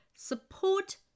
support